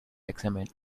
examine